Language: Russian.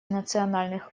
национальных